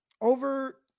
over